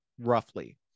roughly